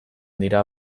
dira